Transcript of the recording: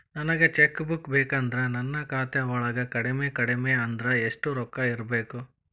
ನನಗ cheque book ಬೇಕಂದ್ರ ನನ್ನ ಖಾತಾ ವಳಗ ಕಡಮಿ ಕಡಮಿ ಅಂದ್ರ ಯೆಷ್ಟ್ ರೊಕ್ಕ ಇರ್ಬೆಕು?